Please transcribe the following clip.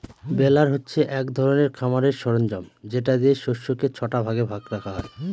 বেলার হচ্ছে এক ধরনের খামারের সরঞ্জাম যেটা দিয়ে শস্যকে ছটা ভাগ করে রাখা হয়